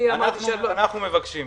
אנחנו מבקשים.